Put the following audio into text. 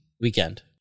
weekend